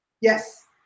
Yes